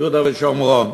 יהודה ושומרון.